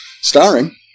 Starring